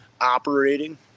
operating